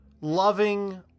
loving